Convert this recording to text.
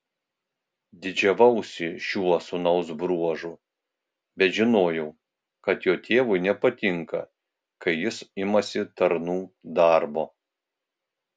didžiavausi šiuo sūnaus bruožu bet žinojau kad jo tėvui nepatinka kai jis imasi tarnų darbo